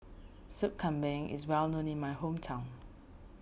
Sup Kambing is well known in my hometown